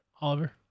Oliver